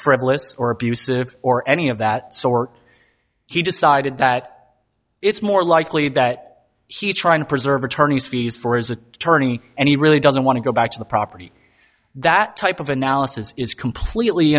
frivolous or abusive or any of that sort he decided that it's more likely that he trying to preserve attorney's fees for his attorney and he really doesn't want to go back to the property that type of analysis is completely